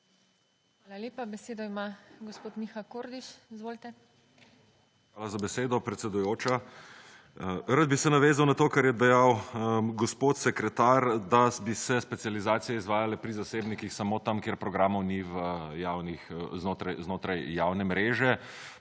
Hvala lepa. Besedo ima gospod Miha Kordiš. Izvolite. **MIHA KORDIŠ (PS Levica):** Hvala za besedo, predsedujoča. Rad bi se navezal na to, kar je dejal gospod sekretar, da bi se specializacije izvajale pri zasebnikih samo tam, kjer programov ni v javnih, znotraj javne mreže,